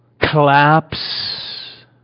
collapse